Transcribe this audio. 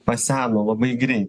paseno labai grei